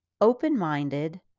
open-minded